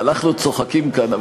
אנחנו צוחקים כאן,